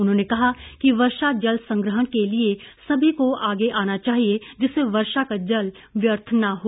उन्होंने कहा कि वर्षा जल संग्रहण के लिये सभी को आगे आना चाहिये जिससे वर्षा का जल व्यर्थ न हो